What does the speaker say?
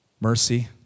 Mercy